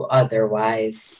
otherwise